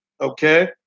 okay